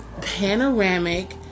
panoramic